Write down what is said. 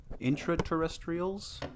Intraterrestrials